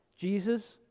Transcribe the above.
Jesus